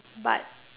but